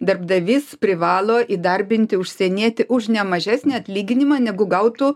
darbdavys privalo įdarbinti užsienietį už ne mažesnį atlyginimą negu gautų